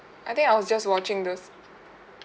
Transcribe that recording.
I think I was just watching those